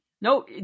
No